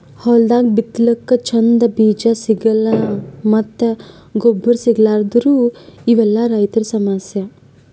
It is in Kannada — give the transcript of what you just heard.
ಹೊಲ್ದಾಗ ಬಿತ್ತಲಕ್ಕ್ ಚಂದ್ ಬೀಜಾ ಸಿಗಲ್ಲ್ ಮತ್ತ್ ಗೊಬ್ಬರ್ ಸಿಗಲಾರದೂ ಇವೆಲ್ಲಾ ರೈತರ್ ಸಮಸ್ಯಾ